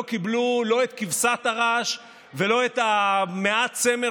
לא קיבלו לא את כבשת הרש ולא את מעט הצמר